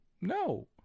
No